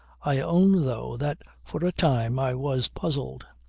i own though that for a time, i was puzzled.